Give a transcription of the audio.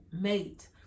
mate